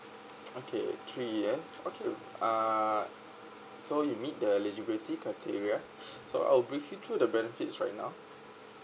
okay three year okay uh so you meet the eligibility criteria so I'll brief you through the benefits right now